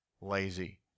lazy